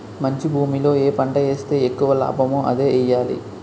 మంచి భూమిలో ఏ పంట ఏస్తే ఎక్కువ లాభమో అదే ఎయ్యాలి